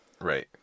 right